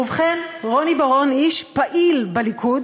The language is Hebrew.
ובכן, רוני בר-און, איש פעיל בליכוד